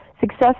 Success